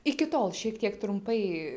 iki tol šiek tiek trumpai